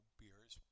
beers